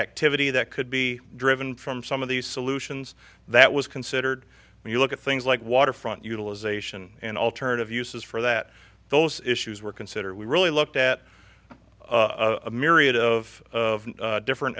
activity that could be driven from some of these solutions that was considered when you look at things like water front utilization and alternative uses for that those issues were considered we really looked at a myriad of different